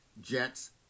Jets